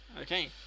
Okay